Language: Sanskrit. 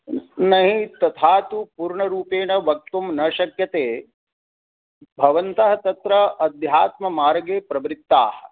नहि तथा तु पूर्णरूपेण वक्तुं न शक्यते भवन्तः तत्र अध्यात्ममार्गे प्रवृत्ताः